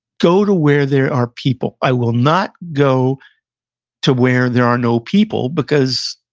go to where there are people. i will not go to where there are no people, because,